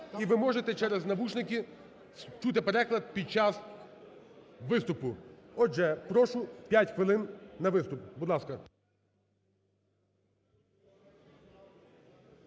і ви можете через навушники чути переклад під час виступу. Отже, прошу 5 хвилин на виступ, будь ласка.